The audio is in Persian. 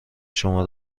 شما